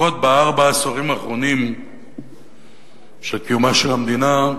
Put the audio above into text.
לפחות בארבעה העשורים האחרונים של קיומה של המדינה,